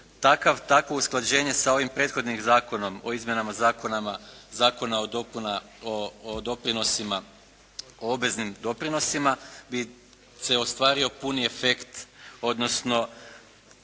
Takvo usklađenje sa ovim prethodnim Zakonom o izmjenama Zakona o doprinosima, o obveznim doprinosima bi se ostvario puni efekt odnosno